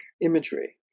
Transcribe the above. imagery